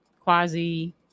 quasi